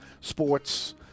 sports